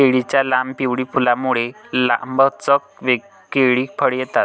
केळीच्या लांब, पिवळी फुलांमुळे, लांबलचक केळी फळे येतात